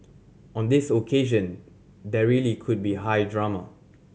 on this occasion there really could be high drama